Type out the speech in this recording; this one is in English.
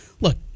look